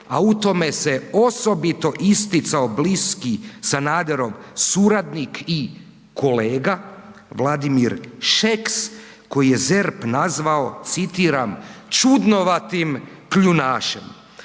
a u tome se osobito isticao bliski Sanaderov suradnik i kolega Vladimir Šeks koji je ZERP nazvao, citiram „čudnovatim kljunašem“.